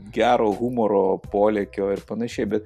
gero humoro polėkio ir panašiai bet